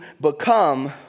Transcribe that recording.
become